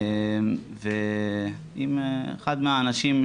עם אחד מהאנשים,